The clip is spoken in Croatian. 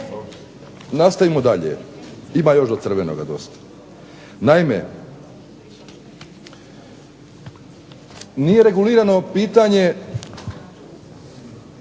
Nastavimo dalje. Ima još do crvenoga dosta. Naime, nije regulirano pitanje